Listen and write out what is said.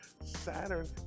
saturn